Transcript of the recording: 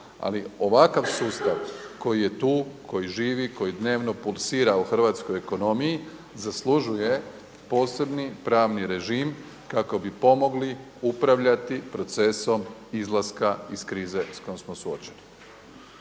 Ali ovakav sustav koji je tu, koji živi, koji dnevno pulsira u hrvatskoj ekonomiji, zaslužuje posebni pravni režim kako bi pomogli upravljati procesom izlaska iz krize s kojom smo suočeni.